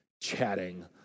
chatting